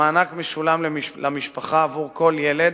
המענק משולם למשפחה עבור כל ילד